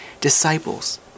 disciples